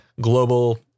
global